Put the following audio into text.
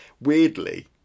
Weirdly